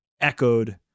echoed